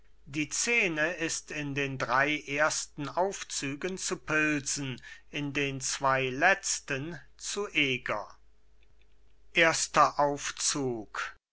die szene ist in den drei ersten aufzügen zu pilsen in den zwei letzten zu eger erster aufzug